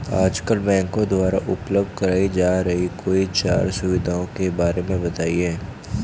आजकल बैंकों द्वारा उपलब्ध कराई जा रही कोई चार सुविधाओं के बारे में बताइए?